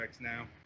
now